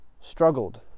struggled